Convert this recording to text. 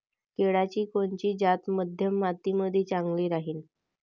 केळाची कोनची जात मध्यम मातीमंदी चांगली राहिन?